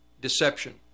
deception